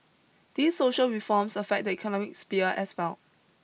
these social reforms affect the economic sphere as well